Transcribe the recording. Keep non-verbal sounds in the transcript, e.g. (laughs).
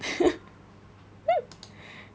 (laughs)